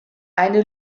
eine